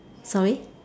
sorry